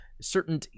certain